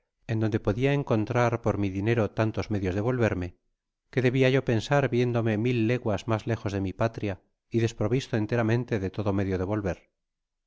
en donde podra encoñtftfr por mi dinero tantos medios de volverme qué debia yo pensar viéndome mil leguas mas lejos de mi patria y desprovisto enteramente de todo medio